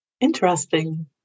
Interesting